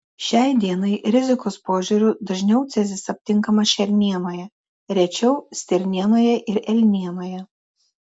šiai dienai rizikos požiūriu dažniau cezis aptinkamas šernienoje rečiau stirnienoje ir elnienoje